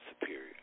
superior